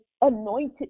anointed